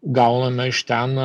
gauname iš ten